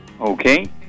Okay